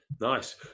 Nice